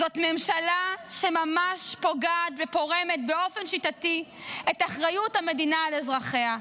זאת ממשלה שממש פוגעת ופורמת באופן שיטתי את אחריות המדינה על אזרחיה,